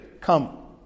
come